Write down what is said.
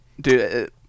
Dude